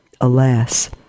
Alas